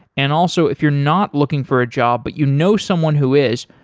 and also if you're not looking for a job but you know someone who is,